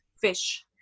fish